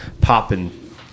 popping